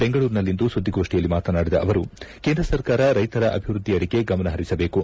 ಬೆಂಗಳೂರಿನಲ್ಲಿಂದು ಸುದ್ದಿಗೋಷ್ಠಿಯಲ್ಲಿ ಮಾತನಾಡಿದ ಅವರು ಕೇಂದ್ರ ಸರ್ಕಾರ ರೈತರ ಅಭಿವೃದ್ಧಿಯೆಡೆಗೆ ಗಮನ ಪರಿಸಬೇಕು